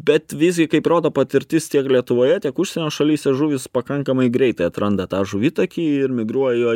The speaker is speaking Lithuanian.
bet visgi kaip rodo patirtis tiek lietuvoje tiek užsienio šalyse žuvys pakankamai greitai atranda tą žuvitakį ir migruojo